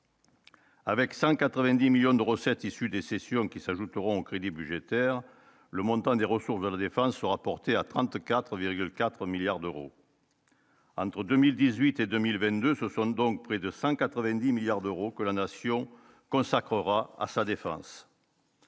Avec 190 millions de recettes issues des sessions qui s'ajouteront crédits budgétaires, le montant des ressources de la défense sera à 34,4 milliards d'euros. Entre 2018 et 2022, ce sont donc près de 190 milliards d'euros que la nation consacrera à sa défense.